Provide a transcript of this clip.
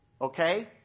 Okay